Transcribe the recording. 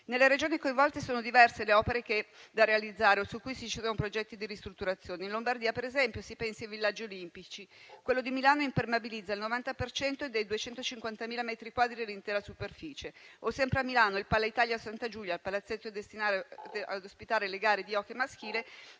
Nelle Regioni coinvolte sono diverse le opere da realizzare o su cui insistono i progetti di ristrutturazione. In Lombardia, per esempio, si pensi ai villaggi olimpici: quello di Milano impermeabilizza il 90 per cento dei 250.000 metri quadri dell'intera superficie; o, sempre a Milano, il PalaItalia Santa Giulia, il palazzetto destinato ad ospitare le gare di hockey maschile,